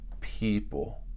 people